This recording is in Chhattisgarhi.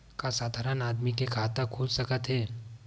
का साधारण आदमी के खाता खुल सकत हे?